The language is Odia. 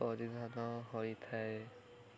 ପରିଧାନ ହୋଇଥାଏ